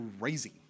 crazy